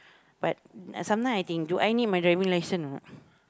but uh some time I think do I need my driving license or not